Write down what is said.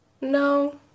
No